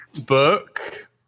book